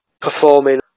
performing